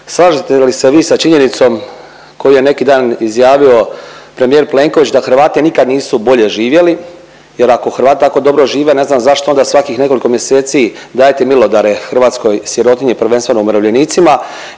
Slažete li se vi sa činjenicom koju je neki dan izjavio premijer Plenković da Hrvati nikad nisu bolje živjeli jer ako Hrvati tako dobro žive ne znam zašto onda svakih nekoliko mjeseci dajete milodare hrvatskoj sirotinji prvenstveno umirovljenicima